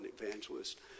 evangelist